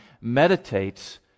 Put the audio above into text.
meditates